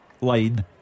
line